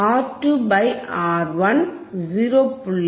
R2 by R1 0